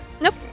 Nope